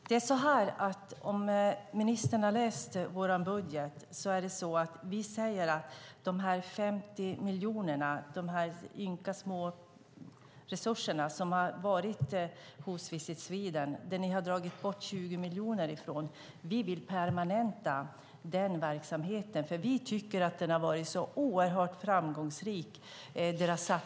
Herr talman! Om ministern har läst vår budget vet hon att de 50 miljonerna, de ynka små resurserna för Visit Sweden där ni nu har dragit bort 20 miljoner, vill vi permanenta. Vi tycker att verksamheten har varit oerhört framgångsrik.